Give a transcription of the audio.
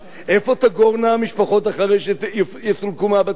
איפה תגורנה המשפחות אחרי שיסולקו מהבתים,